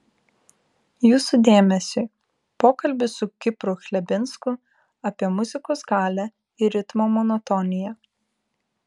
jūsų dėmesiui pokalbis su kipru chlebinsku apie muzikos galią ir ritmo monotoniją